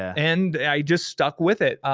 and i just stuck with it.